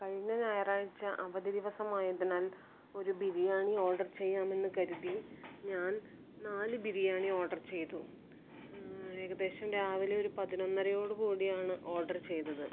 കഴിഞ്ഞ ഞായറാഴ്ച അവധി ദിവസം ആയതിനാൽ ഒരു ബിരിയാണി ഓർഡർ ചെയ്യാം എന്ന് കരുതി ഞാൻ നാല് ബിരിയാണി ഓർഡർ ചെയ്തു ഏകദേശം രാവിലെ ഒരു പതിനൊന്നരയോട് കൂടിയാണ് ഓർഡർ ചെയ്തത്